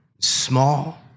small